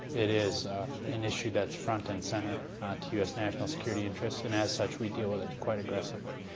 it is an issue that's front and center to u s. national security interests, and as such we deal with it quite aggressively.